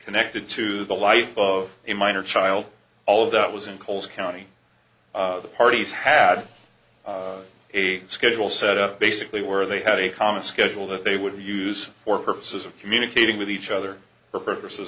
connected to the life of a minor child all of that was in coles county the parties had a schedule set up basically where they have a common schedule that they would use for purposes of communicating with each other for purposes